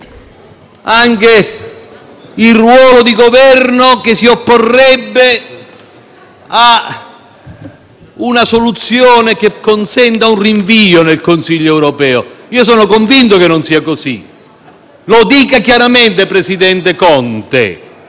una soluzione che consenta un rinvio nel Consiglio europeo. Io sono convinto che non sia così: lo dica chiaramente, presidente Conte. Il Governo italiano lavori insieme agli altri Paesi europei affinché,